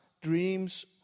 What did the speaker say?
dreams